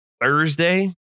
Thursday